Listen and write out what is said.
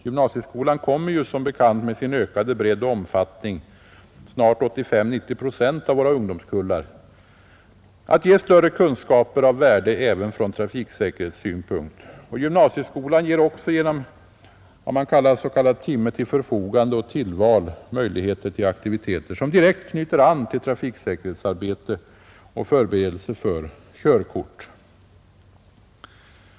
Gymnasieskolan kommer som bekant med sin ökade bredd och omfattning — snart 85—90 procent av våra ungdomskullar — att ge ökade kunskaper av värde även ur trafiksäkerhetssynpunkt, och gymnasieskolan ger också genom vad man kallar ”timme till förfogande” och ”tillval” möjligheter till aktiviteter som direkt knyter an till trafiksäkerhetsarbete och förberedelse för körkort.